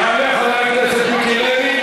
יעלה חבר הכנסת מיקי לוי,